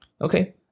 Okay